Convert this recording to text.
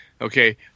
okay